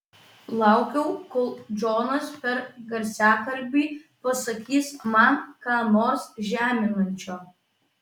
laukiau kol džonas per garsiakalbį pasakys man ką nors žeminančio